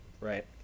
right